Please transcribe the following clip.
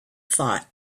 thought